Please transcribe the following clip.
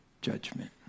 judgment